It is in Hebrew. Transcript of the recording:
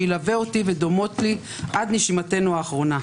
שילווה אותי ודומות לי עד נשימתנו האחרונה.